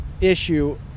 issue